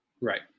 Right